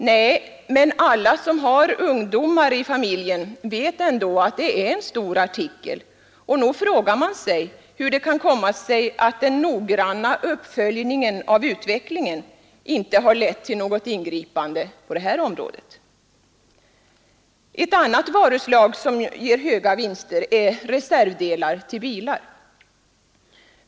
Nej, men alla som har ungdomar i familjen vet ändå att det är en stor artikel, och nog frågar man sig varför den noggranna uppföljningen av utvecklingen inte har lett till något ingripande på det området. Ett annat varuslag som ger höga vinster är reservdelar till bilar.